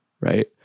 right